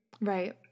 Right